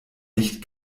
nicht